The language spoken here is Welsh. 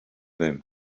ddim